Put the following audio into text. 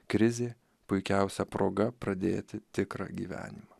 krizė puikiausia proga pradėti tikrą gyvenimą